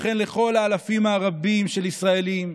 וכן לכל האלפים הרבים של ישראלים,